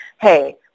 hey